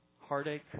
heartache